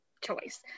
choice